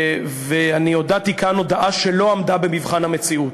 ואני הודעתי כאן הודעה שלא עמדה במבחן המציאות.